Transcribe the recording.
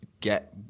get